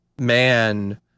man